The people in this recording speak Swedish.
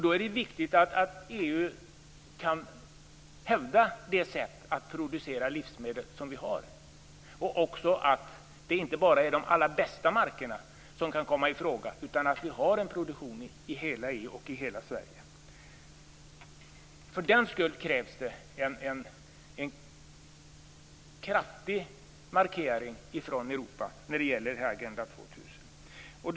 Då är det viktigt att EU kan hävda det sätt att producera livsmedel som vi har och också att det inte bara är de allra bästa markerna som kan komma i fråga utan att vi har en produktion i hela Sverige och hela EU. För den sakens skull krävs det en kraftig markering från Europa när det gäller Agenda 2000.